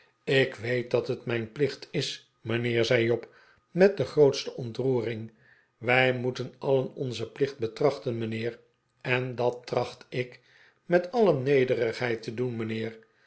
ik weet dat het mijn plicht is mijnheer zei job met de grootste ontroering wij moeten alien onzen plicht betrachten mijnheer en dat tracht ik met alle nederigheid te doen mijnheer